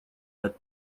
над